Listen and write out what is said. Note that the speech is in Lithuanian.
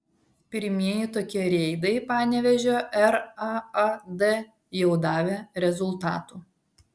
pirmieji tokie reidai panevėžio raad jau davė rezultatų